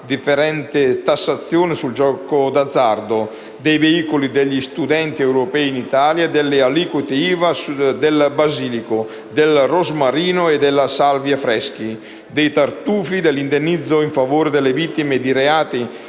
differente tassazione sul gioco d'azzardo; si parla dei veicoli degli studenti europei in Italia, delle aliquote IVA, del basilico, del rosmarino e della salvia freschi, dei tartufi e dell'indennizzo in favore delle vittime di reati